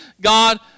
God